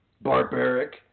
barbaric